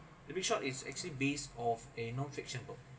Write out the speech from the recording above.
the big shot is actually based off a non fiction book